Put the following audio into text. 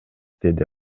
деди